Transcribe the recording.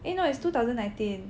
eh no it's two thousand nineteen